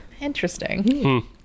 interesting